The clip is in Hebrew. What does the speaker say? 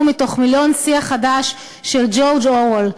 מתוך מילון "שיחדש" של ג'ורג' אורוול,